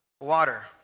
water